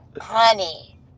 honey